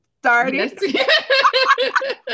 started